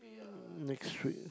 mm next week